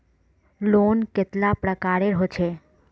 Loan कतेला प्रकारेर होचे?